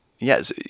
yes